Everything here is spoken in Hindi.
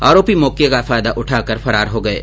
आरोपी मौके का फायदा उठाकर फरार हो गए है